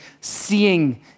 seeing